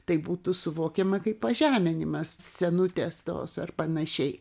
tai būtų suvokiama kaip pažeminimas senutės tos ar panašiai